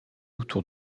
autour